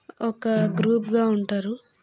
ఒక గ్రూపుగా ఉంటారు